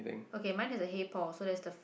okay mine has a hey Paul so that's the